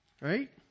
Right